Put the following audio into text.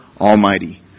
Almighty